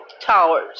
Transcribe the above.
towers